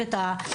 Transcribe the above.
מחדש.